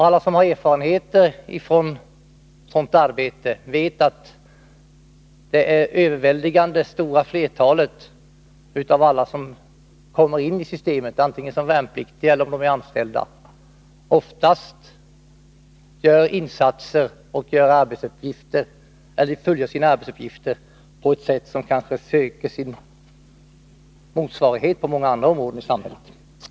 Alla som har erfarenheter från systemet vet att det överväldigande flertalet av dem som kommer ini systemet, som värnpliktiga eller anställda, oftast gör insatser och fullgör arbetsuppgifter på ett sätt som söker sin motsvarighet på många andra områden i samhället.